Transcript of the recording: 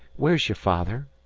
where's your father?